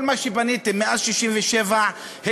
וכל מה שבניתם מאז 1967 התנפץ.